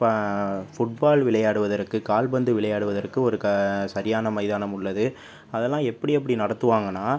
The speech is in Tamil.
ஃபுட்பால் விளையாடுவதற்கு கால்பந்து விளையாடுவதற்கு ஒரு சரியான மைதானம் உள்ளது அதெல்லாம் எப்படி எப்படி நடத்துவாங்கனா